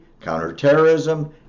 counterterrorism